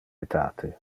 etate